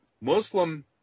Muslim